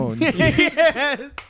Yes